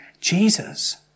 Jesus